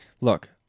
look